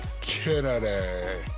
Kennedy